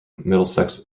middlesex